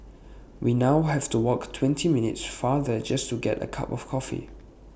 we now have to walk twenty minutes farther just to get A cup of coffee